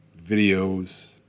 videos